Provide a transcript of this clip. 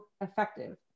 effective